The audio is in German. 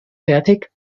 fertig